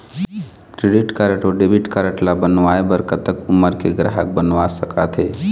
Credit card अऊ debit card ला बनवाए बर कतक उमर के ग्राहक बनवा सका थे?